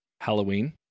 Halloween